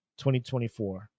2024